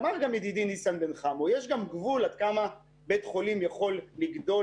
אמר גם ידידי ניסן בן חמו שיש גבול עד כמה בית חולים יכול לגדול,